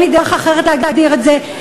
אין לי דרך אחרת להגדיר את זה,